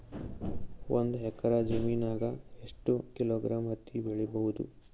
ಒಂದ್ ಎಕ್ಕರ ಜಮೀನಗ ಎಷ್ಟು ಕಿಲೋಗ್ರಾಂ ಹತ್ತಿ ಬೆಳಿ ಬಹುದು?